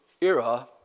era